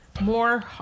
More